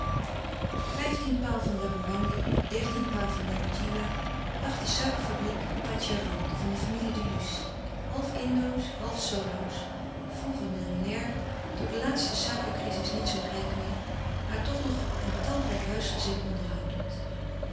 vijftien paal van laboewangi dertien paal van ngadjiwa lag de suikerfabriek patjaram van de familie de luce half indosch half solosch vroeger millionair door de laatste suikercrizis niet zoo rijk meer maar toch nog een talrijk huisgezin onderhoudend